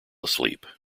asleep